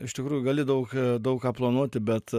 iš tikrųjų gali daug daug ką planuoti bet